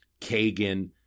Kagan